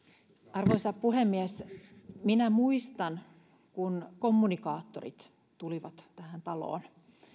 arvoisa puhemies minä muistan kun kommunikaattorit tulivat tähän taloon